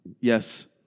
Yes